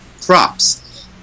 crops